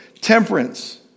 Temperance